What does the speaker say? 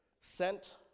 Sent